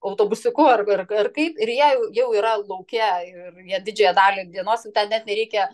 autobusiuku ar ar ar kaip ir jie jau yra lauke ir jie didžiąją dalį dienosjau ten net nereikia